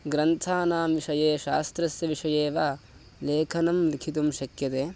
ग्रन्थानां विषये शास्त्रस्य विषये वा लेखनं लिखितुं शक्यते